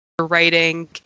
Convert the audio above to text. writing